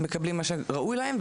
מקבלים מה שראוי להם.